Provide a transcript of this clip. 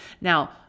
Now